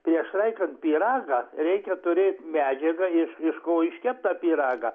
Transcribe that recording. prieš raikant pyragą reikia turėt medžiagą iš iš ko iškept tą pyragą